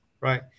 right